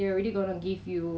took a photo